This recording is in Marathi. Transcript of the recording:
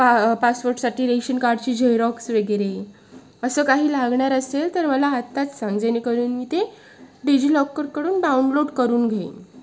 पा पासपोर्टसाठी रेशनकार्डची झेरॉक्स वगैरे असं काही लागणार असेल तर मला आत्ताच सांग जेणेकरून मी ते डिजिलॉकरकडून डाऊनलोड करून घेईन